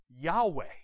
Yahweh